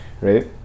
right